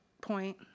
point